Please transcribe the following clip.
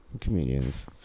comedians